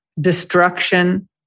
destruction